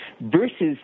versus